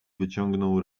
wyciągnął